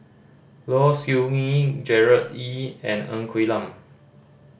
Low Siew Nghee Gerard Ee and Ng Quee Lam